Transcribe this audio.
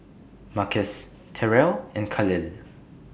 Marquis Terell and Kahlil